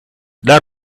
dal